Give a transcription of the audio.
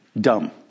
dumb